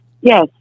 Yes